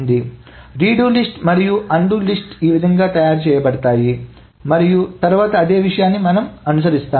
కాబట్టి redo list మరియు undo list ఈ విధంగా తయారు చేయబడతాయి మరియు తర్వాత అదే విషయాన్ని మనం అనుసరిస్తాము